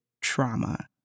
trauma